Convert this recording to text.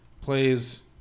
plays